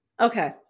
Okay